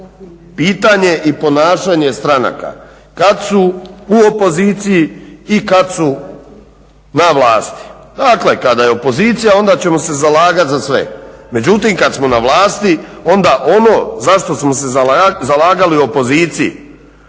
pitanje i ponašanje stranaka kad su u opoziciji i kad su na vlasti. Dakle, kada je opozicija onda ćemo se zalagati za sve, međutim kad smo na vlasti onda ono za što smo se zalagali u opoziciji